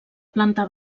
planta